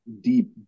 deep